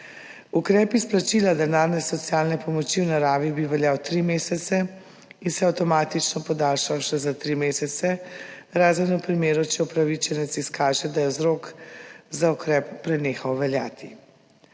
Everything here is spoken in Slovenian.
Ukrep izplačila denarne socialne pomoči v naravi bi veljal tri mesece in se avtomatično podaljšal še za tri mesece, razen v primeru, če upravičenec izkaže, da je vzrok za ukrep prenehal veljati.